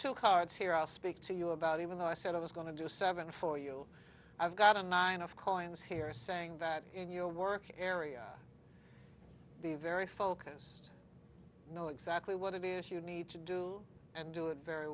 two cards here i'll speak to you about even though i said i was going to do seven for you i've got a nine of koans here saying that in your work area be very focused know exactly what it is you need to do and do it very